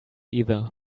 either